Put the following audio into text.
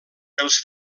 els